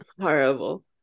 Horrible